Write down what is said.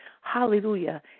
Hallelujah